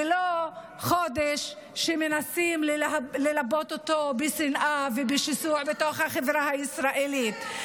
ולא חודש שמנסים ללבות שנאה ושיסוע בתוך החברה הישראלית.